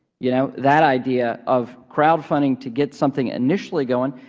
you know, that idea of crowdfunding to get something initially going,